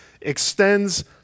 extends